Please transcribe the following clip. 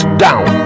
down